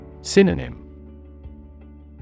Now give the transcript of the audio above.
Synonym